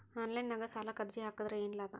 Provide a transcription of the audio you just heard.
Online ನಾಗ್ ಸಾಲಕ್ ಅರ್ಜಿ ಹಾಕದ್ರ ಏನು ಲಾಭ?